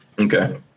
Okay